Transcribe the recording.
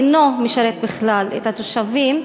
ואינו משרת בכלל את התושבים.